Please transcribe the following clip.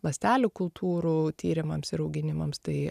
ląstelių kultūrų tyrimams ir auginimams tai